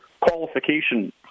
qualification